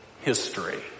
history